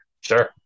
Sure